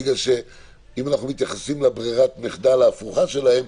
בגלל שאם אנחנו מתייחסים לברירת המחדל ההפוכה שלהם,